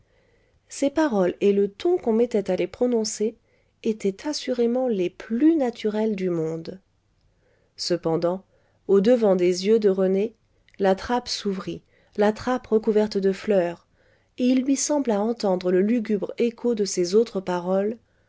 ces paroles et le ton qu'on mettait à les prononcer étaient assurément les plus naturels du monde cependant au-devant des yeux de rené la trappe s'ouvrit la trappe recouverte de fleurs et il lui sembla entendre le lugubre écho de ces autres paroles